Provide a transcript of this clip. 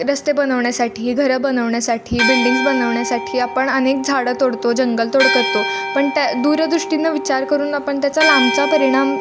रस्ते बनवण्यासाठी घरं बनवण्यासाठी बिल्डिंग्ज् बनवण्यासाठी आपण अनेक झाडं तोडतो जंगलतोड करतो पण त्या दूरदृष्टीनं विचार करून आपण त्याचा लांबचा परिणाम